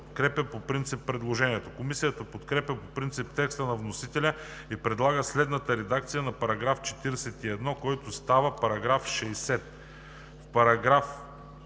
Комисията подкрепя по принцип текста на вносителя и предлага следната редакция на § 41, който става § 60: „§ 60.